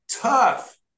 tough